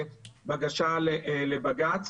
בקשה לבג"ץ.